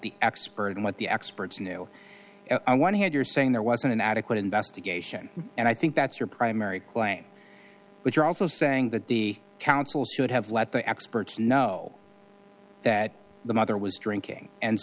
the expert and what the experts knew on one hand you're saying there wasn't an adequate investigation and i think that's your primary claim but you're also saying that the council should have let the experts know that the mother was drinking and